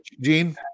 Gene